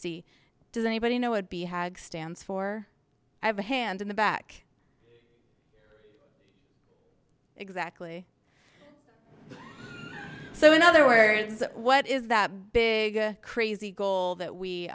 see does anybody know would be had stands for i have a hand in the back exactly so in other words what is that big crazy goal that